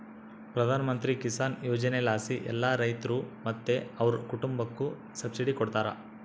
ಪ್ರಧಾನಮಂತ್ರಿ ಕಿಸಾನ್ ಯೋಜನೆಲಾಸಿ ಎಲ್ಲಾ ರೈತ್ರು ಮತ್ತೆ ಅವ್ರ್ ಕುಟುಂಬುಕ್ಕ ಸಬ್ಸಿಡಿ ಕೊಡ್ತಾರ